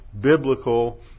biblical